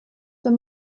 wenn